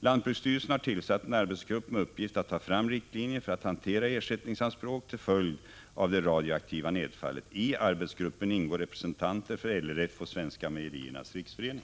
Lantbruksstyrelsen har tillsatt en arbetsgrupp med uppgift att ta fram riktlinjer för att hantera ersättningsanspråk till följd av det radioaktiva nedfallet. I arbetsgruppen ingår representanter för LRF och Svenska mejeriernas riksförening .